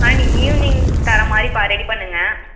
அதனால் நீங்கள் ஈவினிங் தர மாதிரி பா ரெடி பண்ணுங்கள்